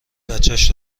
بچش